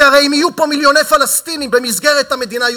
כי הרי אם יהיו פה מיליוני פלסטינים במסגרת המדינה,